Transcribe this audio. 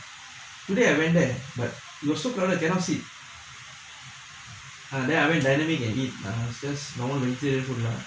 today I went there but you also cannot see ah then I went dynamic and eat it's just normal vegetarian food lah